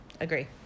Agree